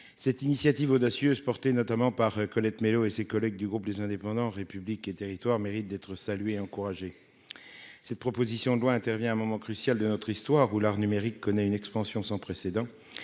Cette initiative audacieuse, portée en particulier par Colette Mélot et ses collègues du groupe Les Indépendants - République et Territoires, mérite d'être saluée et encouragée. Cette proposition de loi intervient à un moment crucial de notre histoire, où l'art numérique connaît une expansion sans précédent.